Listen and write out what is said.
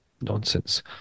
nonsense